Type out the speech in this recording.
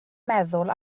meddwl